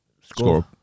Score